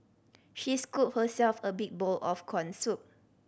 she scooped herself a big bowl of corn soup